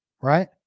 Right